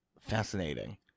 Fascinating